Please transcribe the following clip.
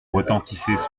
retentissaient